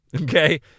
Okay